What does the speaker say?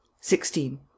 Sixteen